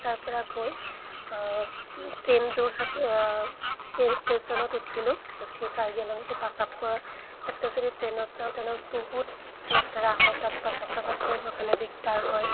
তাৰপৰা গৈ train Jorhat train ষ্টেচনত উঠিলোঁ উঠি কাৰ্বি আংলং সেই প্ৰস্ৰাৱ কৰাৰ ক্ষেত্ৰত যদি ট্ৰেইনত যাওঁ ট্ৰেইনত বহুত লেতেৰা হয় তাত প্ৰস্ৰাৱ চস্ৰাৱ কৰিবৰ কাৰণে দিগদাৰ হয়